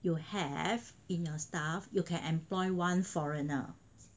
you have in your staff you can employ one foreigner